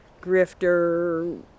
grifter